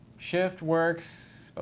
shift works.